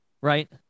right